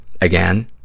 Again